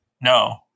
No